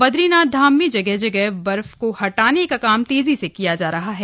बद्रीनाथ धाम में जगह जगह बर्फ को हटाने का काम तेजी से किया जा रहा है